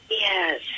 Yes